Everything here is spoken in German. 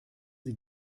sie